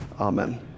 amen